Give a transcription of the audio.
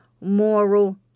moral